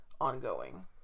Ongoing